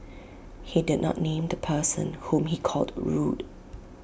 he did not name the person whom he called rude